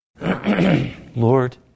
Lord